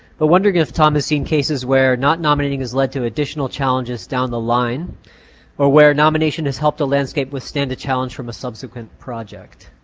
but wondering if tom has seen cases where not nominating has led to additional challenges down the line or where nomination has helped a landscape withstand a challenge from a subsequent project.